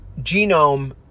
genome